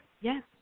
yes